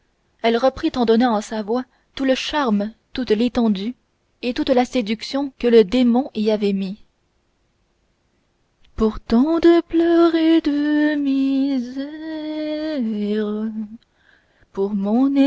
elle reprit en donnant à sa voix tout le charme toute l'étendue et toute la séduction que le démon y avait mis pour